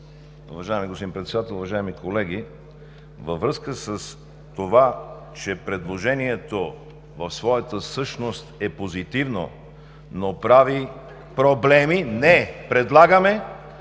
Уважаеми господин Председател, уважаеми колеги! Във връзка с това, че предложението в своята същност е позитивно, но прави проблеми… (Реплика